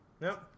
Nope